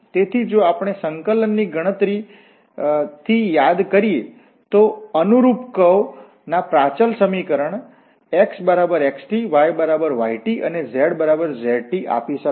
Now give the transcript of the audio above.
તેથી જો આપણે સંકલનની ગણતરી થી યાદ કરીએ તો અનુરૂપ કર્વ વળાંક ના પ્રચલ સમીકરણ x બરાબર x y બરાબર y અને z બરાબર z આપી શકાય